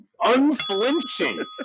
unflinching